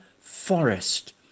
forest